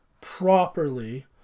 properly